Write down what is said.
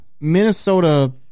Minnesota